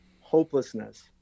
hopelessness